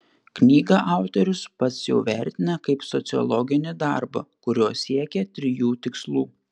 knygą autorius pats jau vertina kaip sociologinį darbą kuriuo siekė trijų tikslų